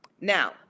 now